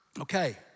Okay